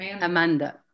Amanda